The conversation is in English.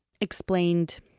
explained